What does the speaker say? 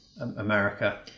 america